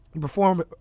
perform